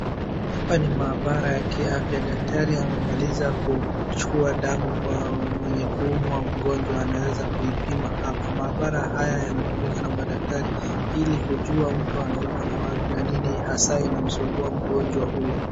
Hapa ni maabala ya kiafya. Daktari amemaliza kuchukua damu ili kujua mtu anaumwa na anaweza kuipima hapo. Maabala haya yanatumika na madaktariwa ili kujua mtu anaumwa nini haswa inasumbua mgonjwa huyo.